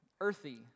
earthy